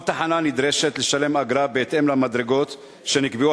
כל תחנה נדרשת לשלם אגרה בהתאם למדרגות שנקבעו